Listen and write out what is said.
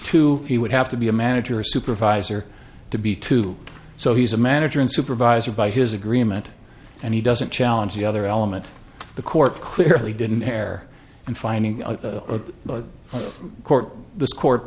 two he would have to be a manager or supervisor to be two so he's a manager and supervisor by his agreement and he doesn't challenge the other element the court clearly didn't care and finding a court the court